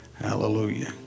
Hallelujah